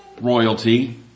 royalty